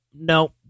no